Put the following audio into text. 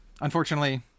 unfortunately